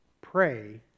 pray